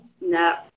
No